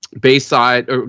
Bayside